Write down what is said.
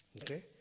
Okay